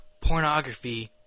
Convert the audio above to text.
pornography